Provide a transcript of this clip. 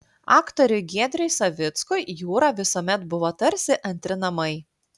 aktoriui giedriui savickui jūra visuomet buvo tarsi antri namai